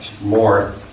more